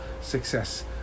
success